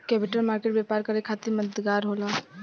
capital market व्यापार करे खातिर मददगार होला